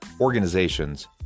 organizations